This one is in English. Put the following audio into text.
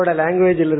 language